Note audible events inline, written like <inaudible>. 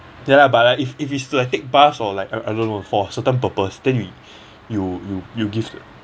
ya lah but like if if it's to like take bus or like I don't know for certain purpose then we <breath> you you you give